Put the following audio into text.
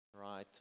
Right